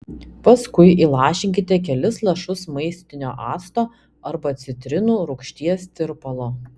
paskui įlašinkite kelis lašus maistinio acto arba citrinų rūgšties tirpalo